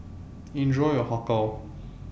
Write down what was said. Enjoy your Har Kow